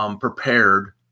prepared